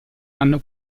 hanno